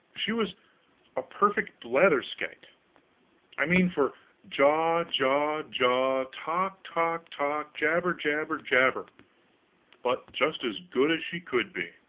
she was a perfect blatherskite i mean for jaw, jaw, jaw, talk, talk, talk, jabber, jabber, jabber but just as good as she could be.